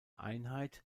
einheit